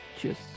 Cheers